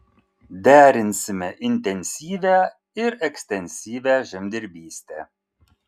derinsime intensyvią ir ekstensyvią žemdirbystę